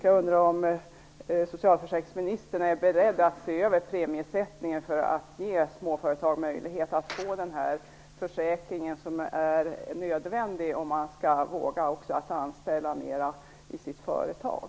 Jag undrar om socialförsäkringsministern är beredd att se över premiesättningen för att ge småföretagare möjlighet att få den här försäkringen som är nödvändig om de skall våga anställa fler i sitt företag.